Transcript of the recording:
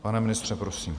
Pane ministře, prosím.